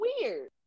weird